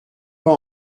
pas